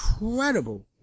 incredible